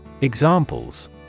Examples